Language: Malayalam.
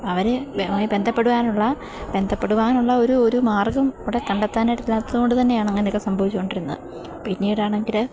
അവരുമായി ബന്ധപ്പെടുവാനുള്ള ബന്ധപ്പെടുവാനുള്ള ഒരു ഒരു മാർഗ്ഗം ഇവിടെ കണ്ടെത്താനായിട്ട് ഇല്ലാത്തതുകൊണ്ട് തന്നെയാണ് അങ്ങനെയൊക്കെ സംഭവിച്ചുകൊണ്ടിരുന്നത് പിന്നീടാണെങ്കില്